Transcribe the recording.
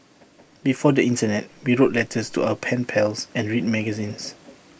before the Internet we wrote letters to our pen pals and read magazines